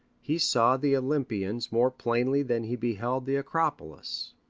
he saw the olympians more plainly than he beheld the acropolis.